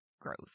growth